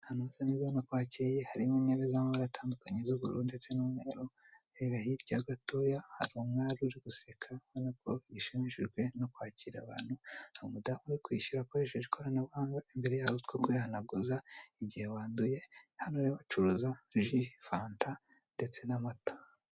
Ahantu heza ubona ko hakeye, harimo intebe z'amabara atandukanye z'ubururu ndetse n'umweru. Reba hirya gatoya hari umwari uri guseka, ubonako yashimishijwe no kwakira abantu. Hari umudamu uri kwishyura akoresheje ikoranabuhanga, imbere ye hari utwo kwihanaguza igihe wanduye. hano rero bacuruza fanta ndetse n'amata.